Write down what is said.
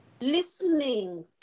Listening